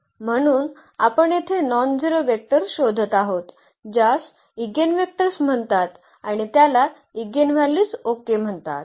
म्हणून आपण येथे नॉनझेरो वेक्टर शोधत आहोत ज्यास ईगेनवेक्टर्स म्हणतात आणि त्याला एगेनव्हॅल्यू ओके म्हणतात